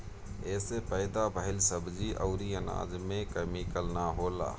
एसे पैदा भइल सब्जी अउरी अनाज में केमिकल ना होला